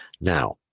Now